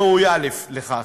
היא ראויה לכך.